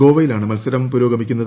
ഗോവയിലാണ് മത്സരം പുരോഗമിക്കുന്നത്